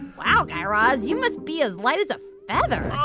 wow, guy raz. you must be as light as a feather